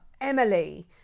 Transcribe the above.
emily